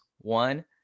One